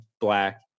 Black